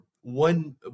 one